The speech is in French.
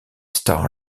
star